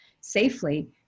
safely